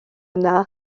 yna